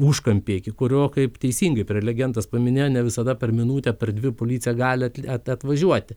užkampyje iki kurio kaip teisingai prelegentas paminėjo ne visada per minutę per dvi policija gali at atvažiuoti